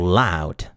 loud